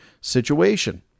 situation